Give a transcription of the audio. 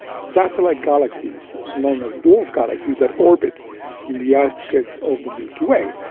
satellite galaxies known as dwarf galaxies that orbit in the outskirts of the milky way.